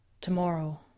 Tomorrow